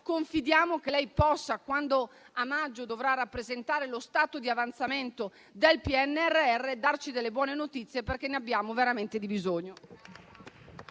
confidiamo che lei possa, quando a maggio dovrà rappresentare lo stato di avanzamento del PNRR, darci delle buone notizie, perché ne abbiamo veramente bisogno.